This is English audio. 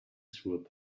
through